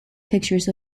pictures